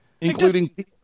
Including